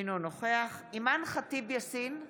אינו נוכח אימאן ח'טיב יאסין,